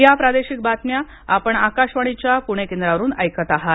या प्रादेशिक बातम्या आपण आकाशवाणीच्या पुणे केंद्रावरून ऐकत आहात